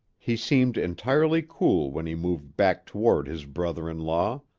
he seemed entirely cool when he moved back toward his brother-in-law